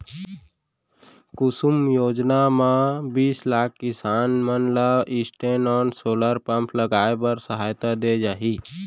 कुसुम योजना म बीस लाख किसान मन ल स्टैंडओन सोलर पंप लगाए बर सहायता दे जाही